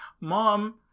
Mom